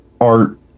art